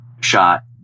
shot